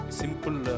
simple